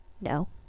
No